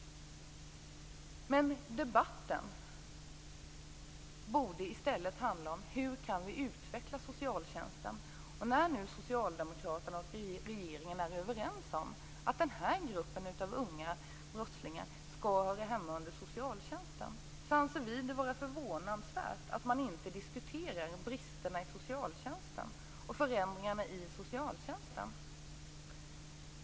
Debatten borde i stället handla om hur vi kan utveckla socialtjänsten. När nu socialdemokraterna och regeringen är överens om att den här gruppen av unga brottslingar skall höra hemma under socialtjänsten anser vi att det är förvånansvärt att man inte diskuterar bristerna och förändringarna i socialtjänsten.